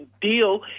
deal